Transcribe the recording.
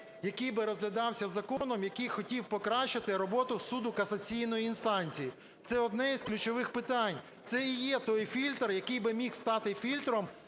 який би розглядався законом, який хотів покращити роботу суду касаційної інстанції, це одне із ключових питань. Це і є той фільтр, який би міг стати фільтром